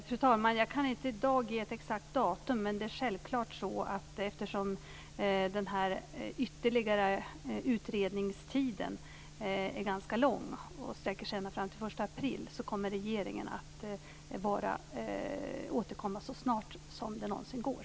Fru talman! Jag kan inte i dag ge ett exakt datum, men det är självklart att eftersom den tillkommande utredningstiden är ganska lång - fram till den 1 april - skall regeringen återkomma så snart som det någonsin går.